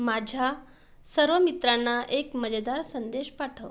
माझ्या सर्व मित्रांना एक मजेदार संदेश पाठव